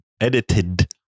edited